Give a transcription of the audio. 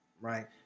right